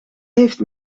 heeft